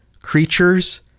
creatures